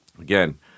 again